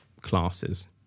classes